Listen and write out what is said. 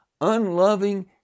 unloving